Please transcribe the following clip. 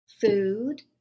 food